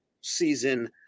season